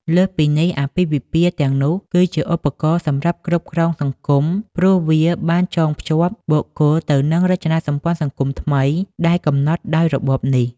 លើសពីនេះ អាពាហ៍ពិពាហ៍ទាំងនោះគឺជាឧបករណ៍សម្រាប់គ្រប់គ្រងសង្គម ព្រោះវាបានចងភ្ជាប់បុគ្គលទៅនឹងរចនាសម្ព័ន្ធសង្គមថ្មីដែលកំណត់ដោយរបបនេះ។